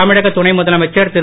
தமிழக துணை முதலமைச்சர் திரு